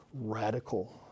radical